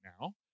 now